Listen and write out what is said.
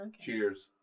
Cheers